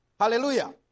Hallelujah